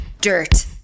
Dirt